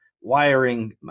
wiring